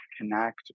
connect